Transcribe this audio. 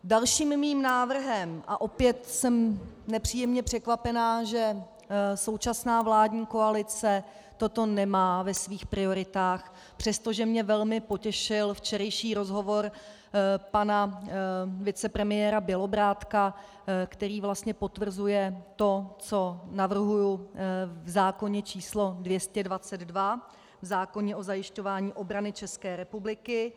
Dalším mým návrhem a opět jsem nepříjemně překvapená, že současná vládní koalice toto nemá ve svých prioritách, přestože mě velmi potěšil včerejší rozhovor pana vicepremiéra Bělobrádka, který vlastně potvrzuje to, co navrhuji v zákoně č. 222, v zákoně o zajišťování obrany České republiky.